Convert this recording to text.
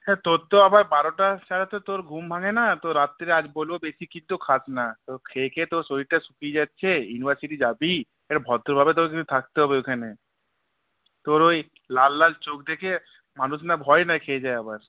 হ্যাঁ তোর তো আবার বারোটা ছাড়া তো তোর ঘুম ভাঙে না তো রাত্রিতে আজ বলব বেশি কিন্তু খাস না তোর খেয়ে খেয়ে তোর শরীরটা শুকিয়ে যাচ্ছে ইউনিভার্সিটি যাবি একটু ভদ্রভাবে তো থাকতে হবে ওইখানে তোর ওই লাল লাল চোখ দেখে মানুষ না ভয় না খেয়ে যায় আবার